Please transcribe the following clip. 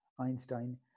Einstein